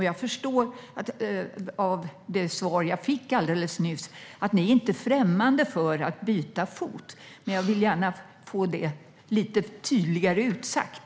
Jag förstår av det svar jag fick alldeles nyss att ni inte är främmande för att byta fot, men jag vill gärna få det lite tydligare sagt.